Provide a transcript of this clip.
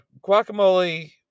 guacamole